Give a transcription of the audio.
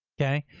okay.